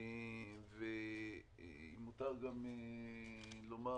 ואם מותר לומר,